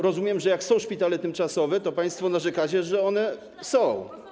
Rozumiem, że jak są szpitale tymczasowe, to państwo narzekacie, że one są.